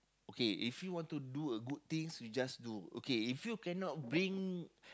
okay if you want to do a good things you just do okay if you cannot bring